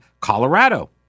Colorado